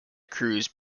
cruise